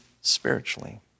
spiritually